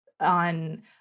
on